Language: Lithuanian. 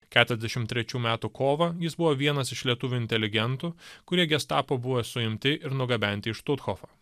keturiasdešimt trečių metų kovą jis buvo vienas iš lietuvių inteligentų kurie gestapo buvo suimti ir nugabenti iš štuthofą